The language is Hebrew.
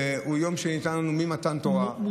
ויום השבת הוא יום שניתן לנו ממתן תורה,